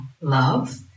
love